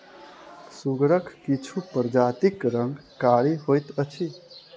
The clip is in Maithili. सुगरक किछु प्रजातिक रंग कारी होइत अछि